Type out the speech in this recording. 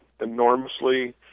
enormously